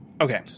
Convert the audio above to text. Okay